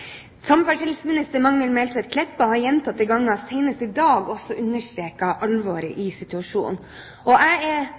Samferdselsminister Magnhild Meltveit Kleppa har gjentatte ganger, senest i dag, også understreket alvoret i